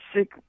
sick